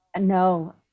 no